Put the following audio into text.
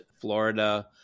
Florida